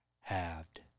halved